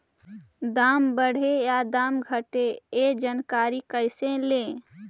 दाम बढ़े या दाम घटे ए जानकारी कैसे ले?